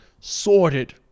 sorted